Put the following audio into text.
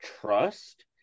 trust